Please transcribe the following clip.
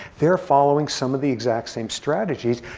they're following some of the exact same strategies.